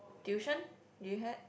tuition did you had